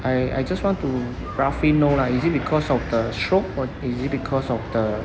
I I just want to roughly know lah is it because of the stroke or is it because of the